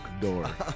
door